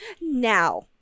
Now